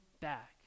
back